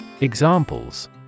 Examples